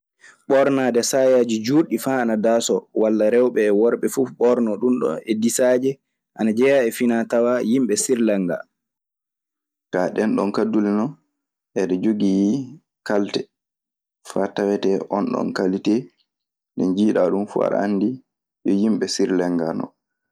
Ɓoornaade sayaaji jutɗi faa ana daasoo walla rewɓe e worɓe fuu ɓoornoo e disaje ana jeyaa e finaa tawaa yimɓe Sirlankaa. Kaa ɗeen ɗon kaddule non eɗe jogii kalte, faa tawee oonɗon kalte nde njiiɗaa ɗun fuu aɗe anndi ɓe yimɓe Sirlankaa non.